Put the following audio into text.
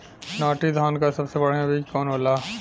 नाटी धान क सबसे बढ़िया बीज कवन होला?